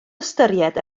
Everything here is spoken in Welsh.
ystyried